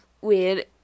weird